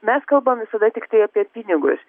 mes kalbam visada tiktai apie pinigus